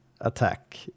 attack